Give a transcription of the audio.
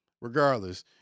regardless